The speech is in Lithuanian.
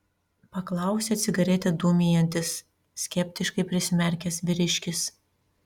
paklausė cigaretę dūmijantis skeptiškai prisimerkęs vyriškis